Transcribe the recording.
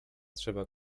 trzeba